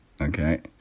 Okay